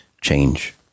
change